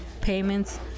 payments